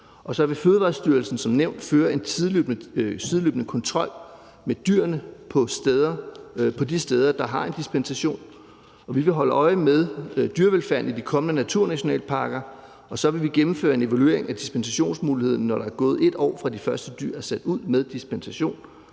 Fødevarestyrelsen som nævnt føre en sideløbende kontrol med dyrene på de steder, der har en dispensation. Vi vil holde øje med dyrevelfærden i de kommende naturnationalparker, og så vil vi gennemføre en evaluering af dispensationsmuligheden, når der er gået 1 år, fra de første dyr er sat ud med dispensation.